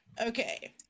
okay